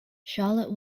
charlotte